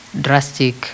drastic